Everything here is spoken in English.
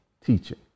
teaching